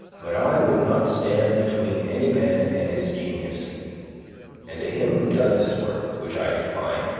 but i would not stand between any man and his genius and to him who does this work, which i decline,